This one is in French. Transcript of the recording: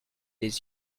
les